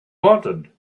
wanted